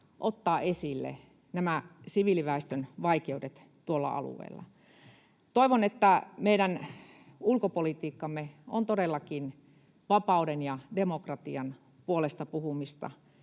ottaa esille nämä siviiliväestön vaikeudet tuolla alueella? Toivon, että meidän ulkopolitiikkamme on todellakin vapauden ja demokratian puolesta puhumista